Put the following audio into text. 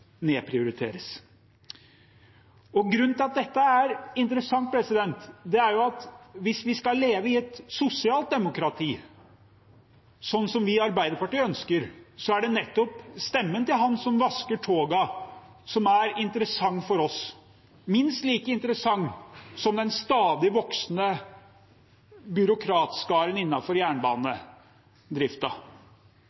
nedprioriteres. Grunnen til at dette er interessant, er at hvis vi skal leve i et sosialt demokrati, slik vi i Arbeiderpartiet ønsker, er det nettopp stemmen til han som vasker togene, som er interessant for oss, minst like interessant som den stadig voksende